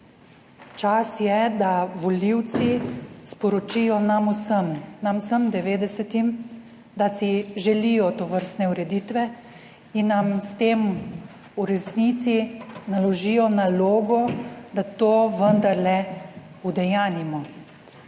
čas je, da volivci sporočijo nam vsem nam vsem 90, da si želijo tovrstne ureditve in nam s tem v resnici naložijo nalogo, da to vendarle udejanjimo.